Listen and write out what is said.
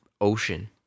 ocean